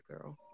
girl